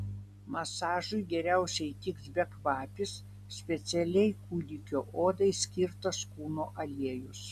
masažui geriausiai tiks bekvapis specialiai kūdikio odai skirtas kūno aliejus